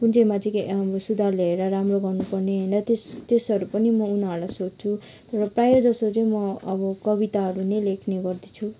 कुन चाहिँमा चाहिँ सुधार ल्याएर राम्रो गर्नु पर्ने होइन त्यस त्यसहरू पनि म उनीहरूलाई सोध्छु र प्रायः जस्तो चाहिँ अब म कविताहरू नै लेख्ने गर्दछु